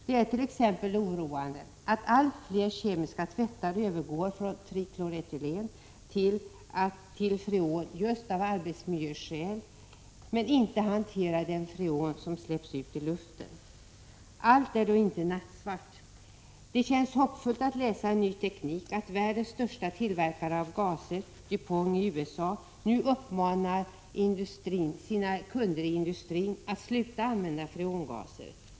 Det är t.ex. oroande att allt fler kemiska tvätterier övergår från trikloretylen till freon av just arbetsmiljöskäl, men inte hanterar de freoner som släpps ut i luften. Men allt är inte nattsvart. Det känns hoppfullt att läsa i Ny Teknik att världens största tillverkare av gaser, Du Pont i USA, nu uppmanar sina kunder i industrin att sluta använda freongaser.